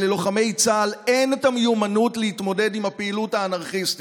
ללוחמי צה"ל אין את המיומנות להתמודד עם הפעילות האנרכיסטית.